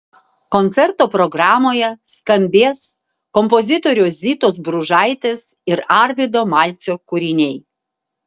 koncerto programoje skambės kompozitorių zitos bružaitės ir arvydo malcio kūriniai